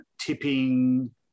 tipping